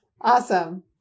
Awesome